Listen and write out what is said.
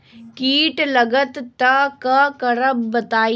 कीट लगत त क करब बताई?